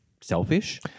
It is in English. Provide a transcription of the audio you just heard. selfish